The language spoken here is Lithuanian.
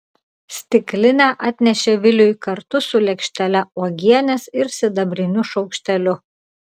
stiklinę atnešė viliui kartu su lėkštele uogienės ir sidabriniu šaukšteliu